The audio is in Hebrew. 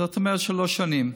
זאת אומרת, שלוש שנים.